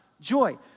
joy